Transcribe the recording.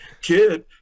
kid